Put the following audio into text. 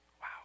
Wow